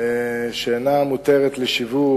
שאינה מותרת לשיווק,